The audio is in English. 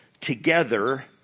together